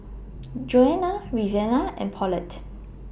Johnna Reanna and Paulette